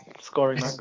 scoring